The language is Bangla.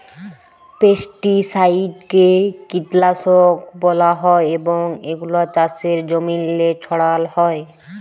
পেস্টিসাইডকে কীটলাসক ব্যলা হ্যয় এবং এগুলা চাষের জমিল্লে ছড়াল হ্যয়